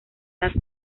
las